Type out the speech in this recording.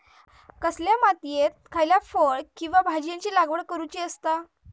कसल्या मातीयेत खयच्या फळ किंवा भाजीयेंची लागवड करुची असता?